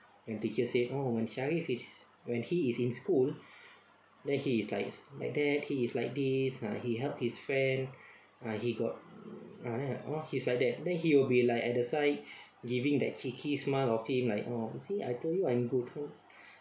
then teacher say oh when shariff is when he is in school then he is like like that he is like this ah he help his friend ah he got ah then oh he is like that then he'll be like at the side giving that cheeky smile of him like oh you see I told you I am good